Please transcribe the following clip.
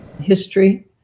history